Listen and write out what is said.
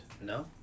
No